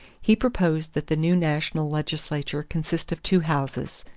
he proposed that the new national legislature consist of two houses,